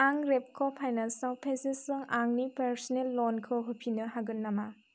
आं रेपक' फाइनेनस आव पेजेफजों आंनि पार्स'नेल लनखौ होफिन्नो हागोन नामा